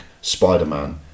Spider-Man